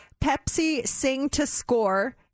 PepsiSingToScore